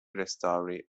restauri